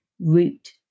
root